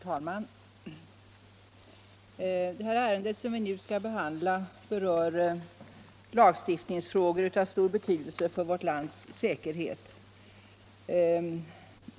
Herr talman! Det ärende som vi nu behandlar berör lagstiftningsfrågor av stor betydelse för vårt lands säkerhet.